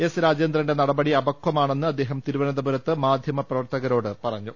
S രാജേന്ദ്രന്റെ നടപടി അപക്ഷമാണെന്ന് അദ്ദേഹം തിരുവനന്തപുരത്ത് മാധ്യമ പ്രവർത്തകരോട് പറഞ്ഞു